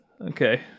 okay